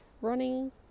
running